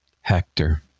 Hector